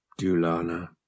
Dulana